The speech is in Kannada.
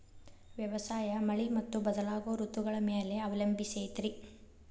ವ್ಯವಸಾಯ ಮಳಿ ಮತ್ತು ಬದಲಾಗೋ ಋತುಗಳ ಮ್ಯಾಲೆ ಅವಲಂಬಿಸೈತ್ರಿ